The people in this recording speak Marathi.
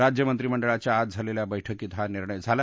राज्य मंत्रीमंडळाच्या आज झालेल्या बैठकीत हा निर्णय झाला